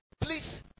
Please